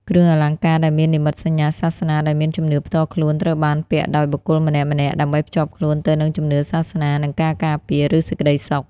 គ្រឿងអលង្ការដែលមាននិមិត្តសញ្ញាសាសនា ដែលមានជំនឿផ្ទាល់ខ្លួនត្រូវបានពាក់ដោយបុគ្គលម្នាក់ៗ ដើម្បីភ្ជាប់ខ្លួនទៅនឹងជំនឿសាសនា និងការការពារ ឬសេចក្តីសុខ។